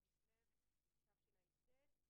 ה' בכסלו תשע"ט.